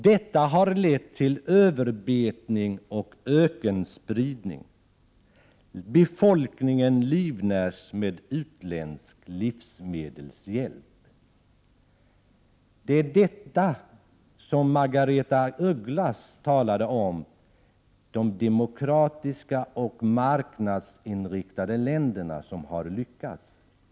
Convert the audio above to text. Detta har lett till överbetning och ökenspridning. Befolkningen livnärs med utländsk livsmedelhjälp. Det var detta som Margaretha af Ugglas avsåg när hon talade om de demokratiska och marknadsinriktade länder som har lyckats.